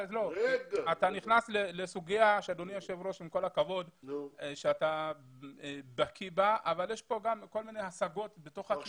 אתה נכנס לסוגיה שאתה בקי בה אבל יש כאן כל מיני השגות בתוך הקהילה,